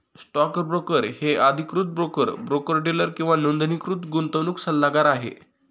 stock broker एक अधिकृत broker, broker dealer किंवा नोंदणीकृत गुंतवणूक सल्लागार आहे